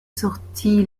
sorti